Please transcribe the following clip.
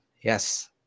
Yes